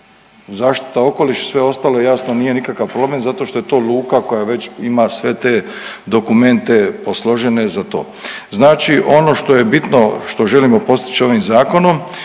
Zaštita okoliša i sve ostalo jasno nije nikakav problem zato što je to luka koja već ima sve te dokumente posložene za to. Znači ono što je bitno, što želimo postići ovim zakonom